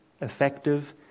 effective